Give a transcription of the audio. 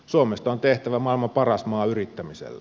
suomesta on tehtävä maailman paras maa yrittämiselle